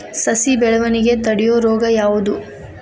ಸಸಿ ಬೆಳವಣಿಗೆ ತಡೆಯೋ ರೋಗ ಯಾವುದು?